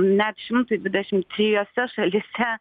net šimtui dvidešim trijose šalyse